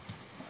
בבוקר,